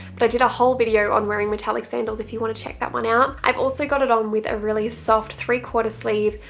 but i did a whole video on wearing metallic sandals if you wanna check that one out. i've also got it on with a really soft three-quarter sleeve,